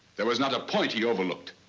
there was not a point he overlooked.